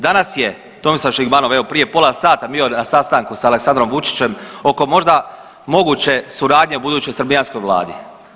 Danas je Tomislav Žigmanov evo prije pola sata bio na sastanku sa Aleksandrom Vučićem oko možda moguće suradnje u budućoj srbijanskoj vladi.